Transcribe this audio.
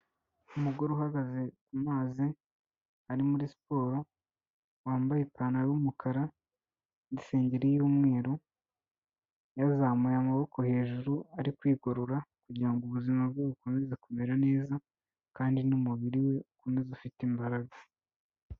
Umugore uhagaze ku mazi ari muri siporo, wambaye ipantaro y'umukara n'isengeri y'umweru, yazamuye amaboko hejuru, ari kwigorora kugira ngo ubuzima bwe bukomeze kumera neza kandi n'umubiri we ukomeze ufite imbaraga.